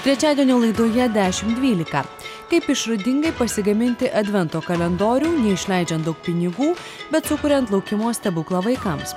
trečiadienio laidoje dešimt dvylika kaip išradingai pasigaminti advento kalendorių neišleidžiant daug pinigų bet sukuriant laukimo stebuklą vaikams